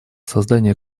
создание